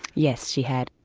yes, she had.